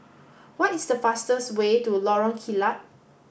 what is the fastest way to Lorong Kilat